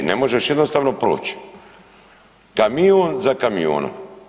E ne možeš jednostavno proći, kamion za kamionom.